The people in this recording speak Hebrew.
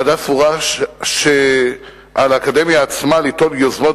הוועדה סבורה שעל האקדמיה עצמה ליטול יוזמות